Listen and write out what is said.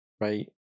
right